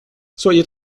soyez